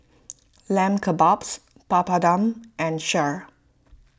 Lamb Kebabs Papadum and Kheer